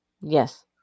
Yes